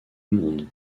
monde